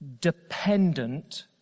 dependent